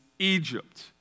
Egypt